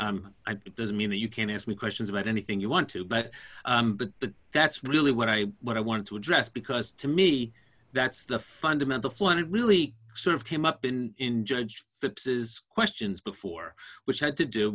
and it doesn't mean that you can't ask me questions about anything you want to but but that's really what i what i wanted to address because to me that's the fundamental flaw and it really sort of came up in judge fitz's questions before which had to do